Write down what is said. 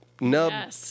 Nub